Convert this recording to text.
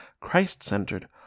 Christ-centered